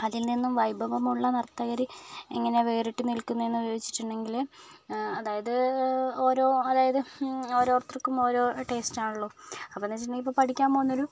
അതിൽ നിന്നും വൈഭവമുള്ള നർത്തകർ എങ്ങനെയാണ് വേറിട്ട് നിൽക്കുന്നത് എന്ന് ചോദിച്ചിട്ടുണ്ടെങ്കിൽ അതായത് ഓരോ അതായത് ഓരോരുത്തർക്കും ഓരോ ടേസ്റ്റ് ആണല്ലോ അപ്പോഴെന്ന് വെച്ചിട്ടുണ്ടെങ്കിൽ ഇപ്പോൾ പഠിക്കാൻ പോകുന്നൊരു